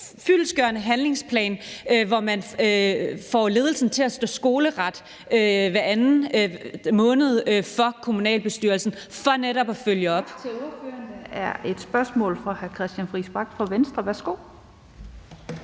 fyldestgørende handlingsplan, hvor man får ledelsen til at stå skoleret for kommunalbestyrelsen hver anden